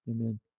Amen